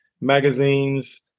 magazines